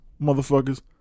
motherfuckers